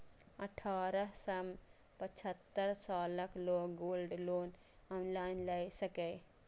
अठारह सं पचहत्तर सालक लोग गोल्ड लोन ऑनलाइन लए सकैए